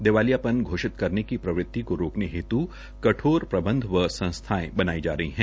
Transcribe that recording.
दीवालीयापन घोषित करने की प्रवृति को रोकने हेत् कठोर प्रबंध व संस्थायें बनाई जा रही है